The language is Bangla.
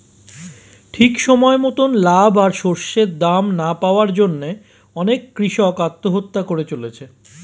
ঠিক সময় মতন লাভ আর শস্যের দাম না পাওয়ার জন্যে অনেক কূষক আত্মহত্যা করে চলেছে